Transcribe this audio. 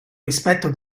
rispetto